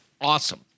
awesome